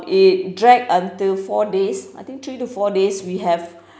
it drag until four days I think three to four days we have